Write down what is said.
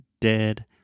dead